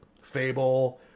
Fable